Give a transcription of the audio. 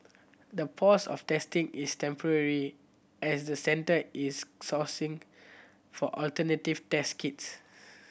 the pause of testing is temporary as the Centre is sourcing for alternative test kits